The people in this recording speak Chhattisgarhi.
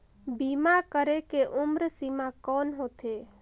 बीमा करे के उम्र सीमा कौन होथे?